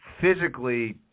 physically